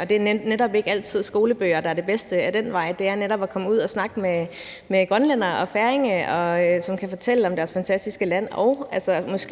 Og det er netop ikke altid skolebøger, der er den bedste vej; det er netop at komme ud og snakke med grønlændere og færinger, som kan fortælle om deres fantastiske land, og måske også